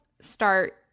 start